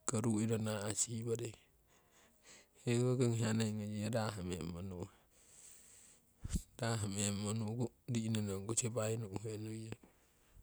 Ongko ruu iro naasi woring hekoki ong hiya ngoyiyo rahmemmo nu'he, rahmemmo nu'ku rinonongku sipai nu'he nuiyong.